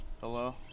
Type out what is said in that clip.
Hello